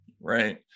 Right